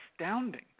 astounding